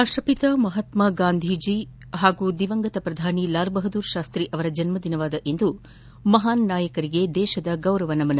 ರಾಷ್ಷಪಿತ ಮಹಾತ್ನಾ ಗಾಂಧೀಜಿ ಹಾಗೂ ದಿವಂಗತ ಮಾಜಿ ಪ್ರಧಾನಿ ಲಾಲ್ ಬಹದ್ದೂರ್ ಶಾಸ್ತೀ ಅವರ ಜನ್ನದಿನವಾದ ಇಂದು ಮಹಾನ್ ನಾಯಕರಿಗೆ ದೇಶದ ಗೌರವ ನಮನ